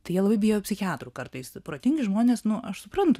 tai jie labai bijo psichiatrų kartais protingi žmonės nu aš suprantu